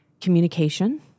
communication